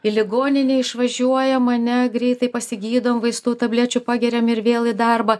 į ligoninę išvažiuojam ane greitai pasigydau vaistų tablečių pageriam ir vėl į darbą